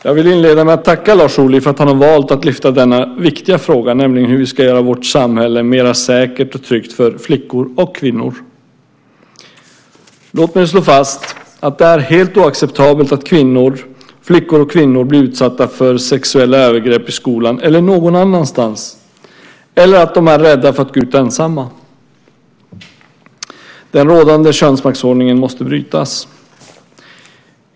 Jag vill inleda med att tacka Lars Ohly för att han valt att lyfta upp denna viktiga fråga, nämligen hur vi ska göra vårt samhälle mera säkert och tryggt för flickor och kvinnor. Låt mig slå fast att det är helt oacceptabelt att flickor och kvinnor blir utsatta för sexuella övergrepp i skolan eller någon annanstans eller att de är rädda för att gå ut ensamma. Den rådande könsmaktsordningen måste brytas.